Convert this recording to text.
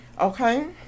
Okay